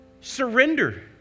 surrender